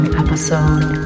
episode